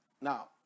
now